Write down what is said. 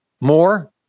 more